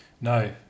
No